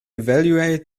evaluate